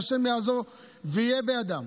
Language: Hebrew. והשם יעזור ויהיה בעדם.